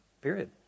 period